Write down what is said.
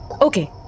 Okay